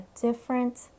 different